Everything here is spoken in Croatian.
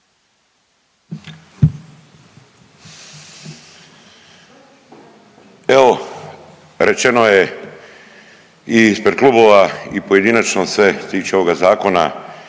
Evo rečeno je i ispred klubova i pojedinačno sve što se tiče ovoga zakona